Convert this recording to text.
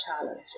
challenge